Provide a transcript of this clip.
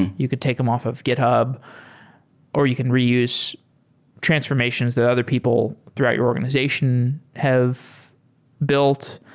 and you could take them off of github or you can reuse transformations that other people throughout your organization have built.